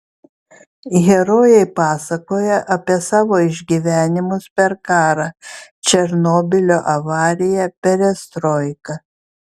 herojai pasakoja apie savo išgyvenimus per karą černobylio avariją perestroiką